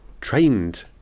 trained